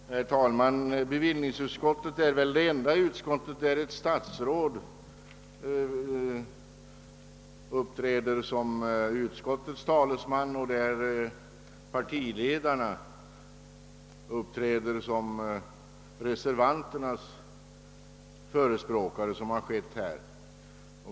Herr talman! Bevillningsutskottet är väl det enda utskott som får uppleva att ett statsråd uppträder som talesman för dess majoritet och partiledarna som reservanternas förespråkare, såsom har skett här.